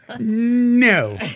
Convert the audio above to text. No